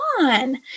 on